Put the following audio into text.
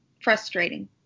frustrating